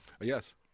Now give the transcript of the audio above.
Yes